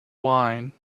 wine